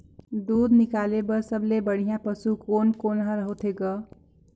दूध निकाले बर सबले बढ़िया पशु कोन कोन हर होथे ग?